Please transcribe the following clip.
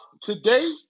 today